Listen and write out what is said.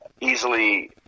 easily